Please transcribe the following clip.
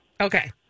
Okay